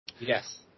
Yes